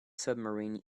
submarine